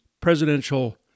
presidential